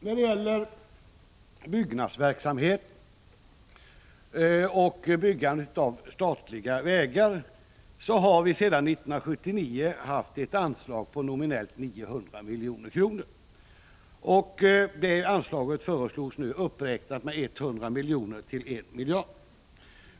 Beträffande byggnadsverksamheten och byggandet av statliga vägar har vi sedan 1979 haft ett anslag på nominellt 900 milj.kr. Det anslaget föreslås nu uppräknat med 100 miljoner till 1 miljard.